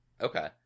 Okay